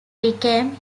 became